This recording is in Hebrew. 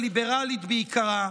הליברלית בעיקרה,